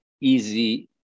easy